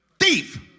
Thief